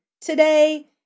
today